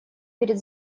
перед